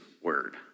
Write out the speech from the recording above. word